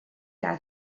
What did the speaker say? adael